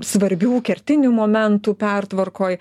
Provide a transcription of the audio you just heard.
svarbių kertinių momentų pertvarkoj